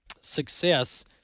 success